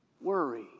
worry